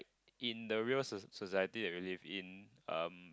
in the real so~ society that we live in um